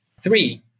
Three